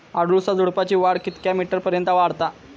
अडुळसा झुडूपाची वाढ कितक्या मीटर पर्यंत वाढता?